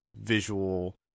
visual